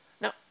Now